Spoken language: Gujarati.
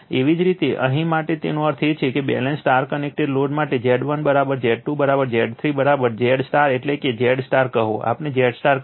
એવી જ રીતે અહીં માટે તેનો અર્થ એ છે કે બેલેન્સ Y કનેક્ટેડ લોડ માટે Z1 Z2 Z 3 ZY એટલે કે ZY કહો આપણે ZY કહીએ છીએ